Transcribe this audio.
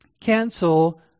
cancel